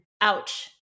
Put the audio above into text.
ouch